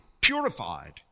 purified